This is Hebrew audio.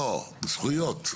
לא, זכויות.